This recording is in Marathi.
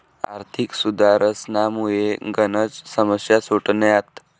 आर्थिक सुधारसनामुये गनच समस्या सुटण्यात